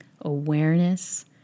awareness